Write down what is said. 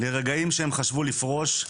ורגעים שהם חשבו לפרוש,